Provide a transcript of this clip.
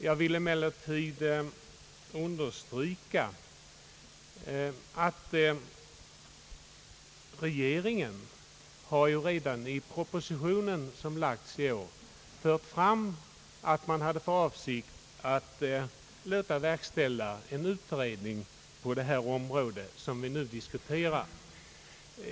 Jag vill emellertid understryka att regeringen redan i den proposition som har lagts fram i år har redovisat att den har för avsikt att låta verkställa en utredning på det område som vi nu diskuterar.